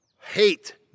Hate